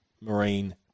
marine